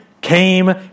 came